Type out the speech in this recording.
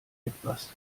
etwas